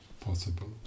possible